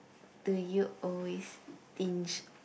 do you always stinge